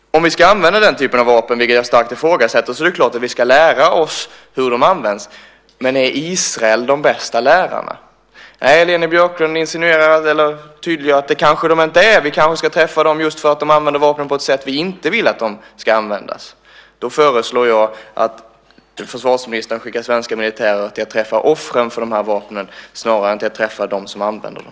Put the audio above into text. Om vi ska använda den typen av vapen, vilket jag starkt ifrågasätter, är det klart att vi ska lära oss hur de används - men är Israel den bästa läraren? Nej, Leni Björklund antyder att det inte är så. Vi kanske ska träffa Israel just för att man använder vapnen på ett sätt vi inte vill att de ska användas på. Då föreslår jag att försvarsministern skickar svenska militärer till att träffa offren för de här vapnen snarare än till att träffa dem som använder dem.